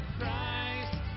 Christ